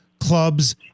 clubs